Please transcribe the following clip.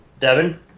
Devin